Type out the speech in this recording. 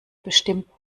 bestimmt